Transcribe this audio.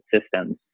systems